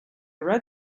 rod